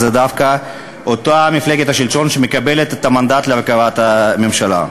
דווקא אותה מפלגת השלטון שמקבלת את המנדט להרכבת הממשלה.